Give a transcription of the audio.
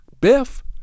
biff